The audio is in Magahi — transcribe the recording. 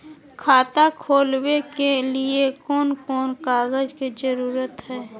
खाता खोलवे के लिए कौन कौन कागज के जरूरत है?